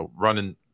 running –